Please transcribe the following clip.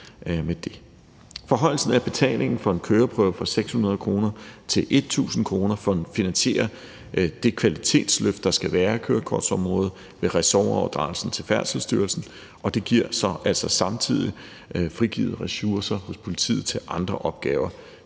Forhøjelsen af betalingen for en køreprøve fra 600 kr. til 1.000 kr. sker for at finansiere det kvalitetsløft, der skal være af kørekortområdet, ved ressortoverdragelsen til Færdselsstyrelsen. Det giver så samtidig frigivne ressourcer hos politiet til andre opgaver.